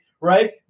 right